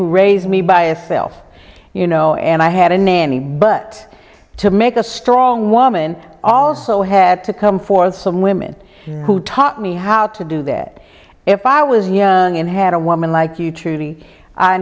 who raised me by itself you know and i had a nanny but to make a strong woman also had to come for some women who taught me how to do that if i was young and had a woman like you truly i